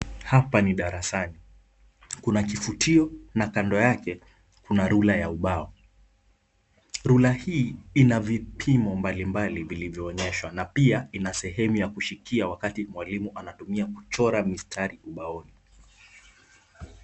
Hapa ni darasani. Kuna kifutio na kando yake kuna rula ya ubao, rula hii ina vipimo mbalimbali vilivyoonyeshwa na pia ina sehemu ya kushikia wakati mwalimu anapotumia kuchora mistari ubaoni.